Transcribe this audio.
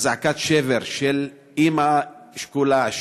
זעקת שבר של אימא שכולה,